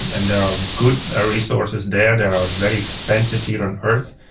and there are good ah resources there that are very expensive here on earth,